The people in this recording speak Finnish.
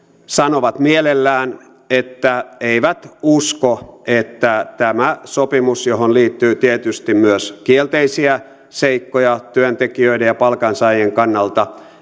sanovat mielellään että eivät usko että tämä sopimus johon liittyy tietysti myös kielteisiä seikkoja työntekijöiden ja palkansaajien kannalta